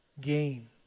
gain